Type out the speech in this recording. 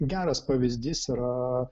geras pavyzdys yra